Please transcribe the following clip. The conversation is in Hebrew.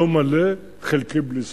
לא מלא, חלקי בלי ספק.